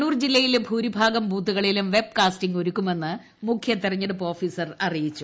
കണ്ണൂർ ജില്ലയിലെ ഭൂരിഭാഗം ബൂത്തുകളിലും വെബ്കാസ്റ്റിംഗ് ഒരുക്കുമെന്ന് മുഖ്യ തിരഞ്ഞെടുപ്പ് ഓഫീസർ അറിയിച്ചു